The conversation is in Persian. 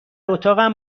اتاقم